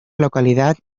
localidad